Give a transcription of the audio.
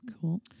Cool